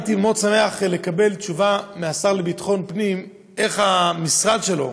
הייתי מאוד שמח לקבל תשובה מהשר לביטחון פנים איך המשרד שלו,